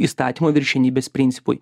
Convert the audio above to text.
įstatymo viršenybės principui